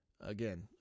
Again